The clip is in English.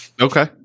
Okay